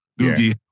Doogie